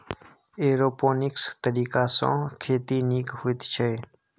aeroponics तरीकासँ खेती नीक होइत छै